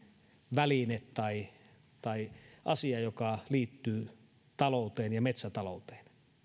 väline tai tai asia joka liittyy talouteen ja metsätalouteen